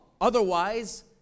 Otherwise